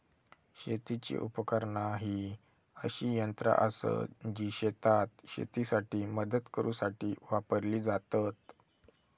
शेतीची उपकरणा ही अशी यंत्रा आसत जी शेतात शेतीसाठी मदत करूसाठी वापरली जातत